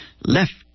left